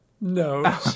No